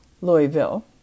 Louisville